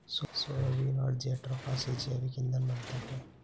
soybean और jatropha से जैविक ईंधन बनता है